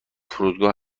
فرودگاه